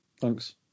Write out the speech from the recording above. Thanks